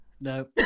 No